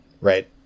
right